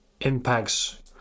impacts